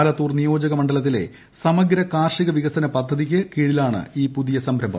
ആലത്തൂർ നിയോജക മണ്ഡലത്തിലെ സമഗ്ര കാർഷിക വികസന പദ്ധതിക്ക് കീഴിലാണ് ഈ പുതിയ സംരഭം